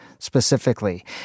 Specifically